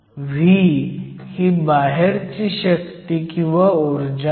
V ही बाहेरची शक्तीऊर्जा आहे